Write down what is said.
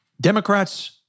Democrats